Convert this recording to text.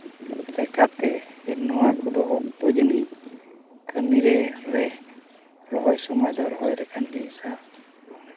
ᱞᱮᱠᱟᱛᱮ ᱱᱚᱣᱟ ᱠᱚᱫᱚ ᱚᱠᱛᱚ ᱡᱟᱹᱱᱤ ᱠᱟᱹᱢᱤ ᱨᱮ ᱨᱮ ᱨᱚᱦᱚᱭ ᱥᱚᱢᱚᱭ ᱫᱚ ᱨᱚᱦᱚᱭ ᱞᱮᱠᱟᱱ ᱡᱤᱱᱤᱥᱟᱜ